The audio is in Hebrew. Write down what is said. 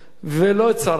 ולא את שר האוצר.